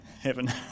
Heaven